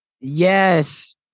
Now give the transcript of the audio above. Yes